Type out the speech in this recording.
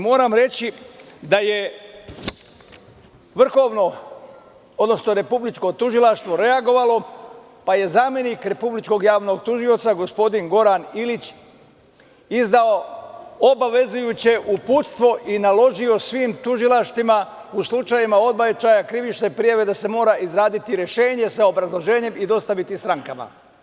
Moram reći da je Republičko tužilaštvo reagovalo, pa je zamenik Republičkog javnog tužioca, gospodin Goran Ilić, izdao obavezujuće uputstvo i naložio svim tužilaštvima u slučajevima odbačaja krivične prijave da se mora izraditi rešenje sa obrazloženjem i dostaviti strankama.